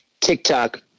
TikTok